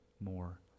more